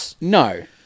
no